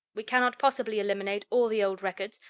we cannot possibly eliminate all the old records,